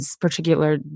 particular